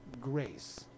grace